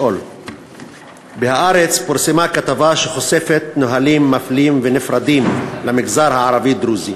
ב"הארץ" פורסמה כתבה שחושפת נהלים מפלים ונפרדים למגזר הערבי-דרוזי